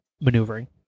maneuvering